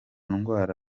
ndwara